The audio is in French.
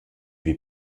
lui